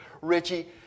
Richie